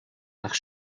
nach